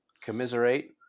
commiserate